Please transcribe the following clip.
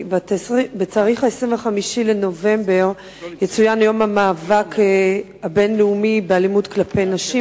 ב-25 בנובמבר יצוין יום המאבק הבין-לאומי באלימות כלפי נשים.